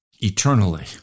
eternally